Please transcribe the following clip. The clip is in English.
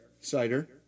Cider